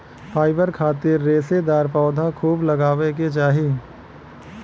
fibre खातिर रेशेदार पौधा खूब लगावे के चाही